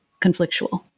conflictual